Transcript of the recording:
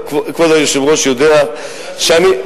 כבוד היושב-ראש יודע שאני,